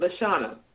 Lashana